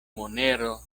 monero